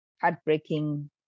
heartbreaking